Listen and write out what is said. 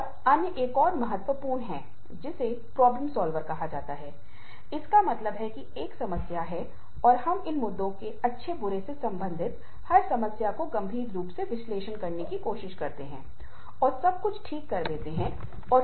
और संगठनों की भी अलग अलग छुट्टी की नीतियां हैं यहां तक कि अर्जित पत्तियों की नीतियां भी हैं आकस्मिक पत्ते इतने सारे पत्ते हैं